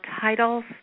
titles